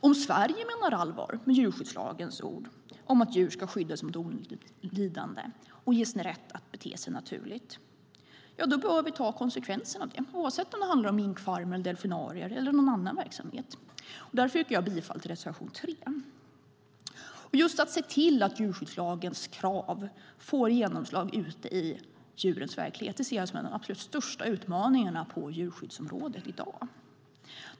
Om Sverige menar allvar med djurskyddslagens ord om att djur ska skyddas mot onödigt lidande och ges rätt att bete sig naturligt bör vi ta konsekvenserna av det, oavsett om det handlar om minkfarmer, delfinarier eller någon annan verksamhet. Därför yrkar jag bifall till reservation 3. Just att se till att djurskyddslagens krav får genomslag ute i djurens verklighet ser jag som en av de absolut största utmaningarna på djurskyddsområdet i dag.